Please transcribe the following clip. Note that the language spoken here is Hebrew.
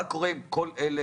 מה קורה עם כל הסטודנטים